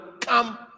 come